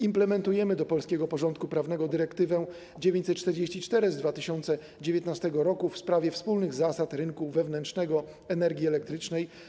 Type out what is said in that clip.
Implementujemy też do polskiego porządku prawnego dyrektywę nr 944 z 2019 r. w sprawie wspólnych zasad rynku wewnętrznego energii elektrycznej.